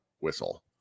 whistle